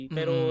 Pero